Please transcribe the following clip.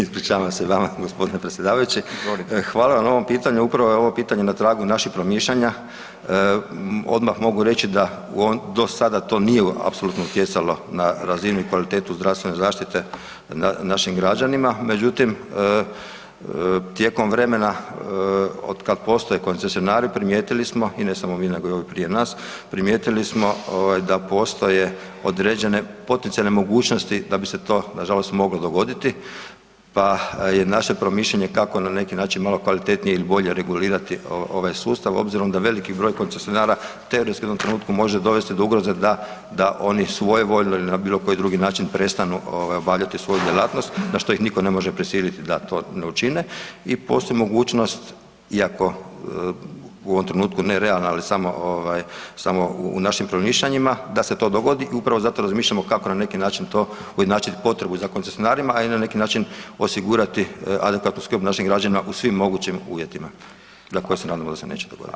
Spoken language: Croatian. Ispričavam se vama, g. predsjedavajući [[Upadica Radin: Izvolite.]] Hvala vam na ovom pitanju, upravo je ovo pitanje na tragu naših promišljanja, odmah mogu reći da dosada to nije apsolutno utjecalo na razinu i kvalitetu zdravstvene zaštite našim građanima međutim tijekom vremena, otkad postoje koncesionari, primijetili smo i ne samo mi nego i ovi prije nas, primijetili smo da postoje određene potencijalne mogućnosti da bi se to nažalost moglo dogoditi pa je naše promišljanje kako na neki način malo kvalitetnije i bolje regulirati ovaj sustav obzirom da veliki broj koncesionara teoretski u jednom trenutku može dovesti do ugroze da oni svojevoljno ili na bilokoji drugi način prestanu obavljati svoju djelatnost na što ih nitko ne može prisiliti da to ne učine i postoji mogućnost iako u ovom trenutku nerealna ali samo u našim promišljanjima, da se to dogodi i upravo zato razmišljamo kako na neki način to ujednačiti potrebu za koncesionarima a i na neki način osigurati adekvatnu skrb našim građanima u svim mogućim uvjetima, za koje se nadamo da se neće dogoditi.